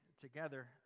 together